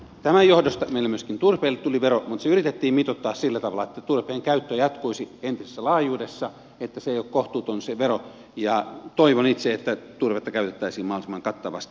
tämän johdosta meillä myöskin turpeelle tuli vero mutta se yritettiin mitoittaa sillä tavalla että turpeen käyttö jatkuisi entisessä laajuudessa että se vero ei ole kohtuuton ja toivon itse että turvetta käytettäisiin mahdollisimman kattavasti